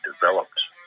developed